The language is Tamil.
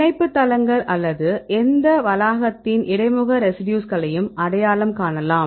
பிணைப்பு தளங்கள் அல்லது எந்த வளாகத்தின் இடைமுக ரெசிடியூஸ்களையும் அடையாளம் காணலாம்